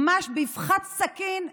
ממש באבחת סכין,